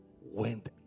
went